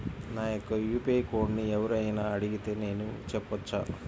నా యొక్క యూ.పీ.ఐ కోడ్ని ఎవరు అయినా అడిగితే నేను చెప్పవచ్చా?